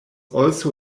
also